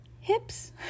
hips